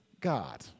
God